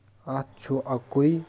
اَتھ چھُ اَکوے